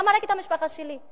למה רק את המשפחה שלי?